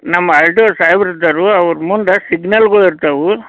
ನಮ್ಮ R T O ಸಾಯ್ಬ್ರ ಇದ್ದರು ಅವ್ರ ಮುಂದೆ ಸಿಗ್ನಲ್ಗಳು ಇರ್ತವು